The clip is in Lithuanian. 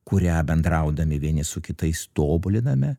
kurią bendraudami vieni su kitais tobuliname